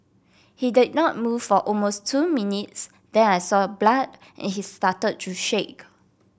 he did not move for almost two minutes then I saw blood and he started to shake